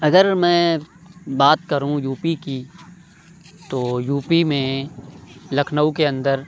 اگر میں بات کروں یو پی کی تو یو پی میں لکھنؤ کے اندر